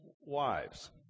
wives